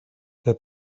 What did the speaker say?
that